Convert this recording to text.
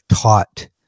taught